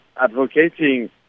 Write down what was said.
advocating